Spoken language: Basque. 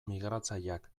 migratzaileak